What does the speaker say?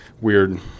weird